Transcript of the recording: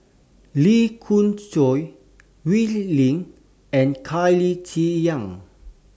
Lee Khoon Choy Wee Lin and Claire Chiang